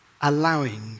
allowing